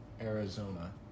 Arizona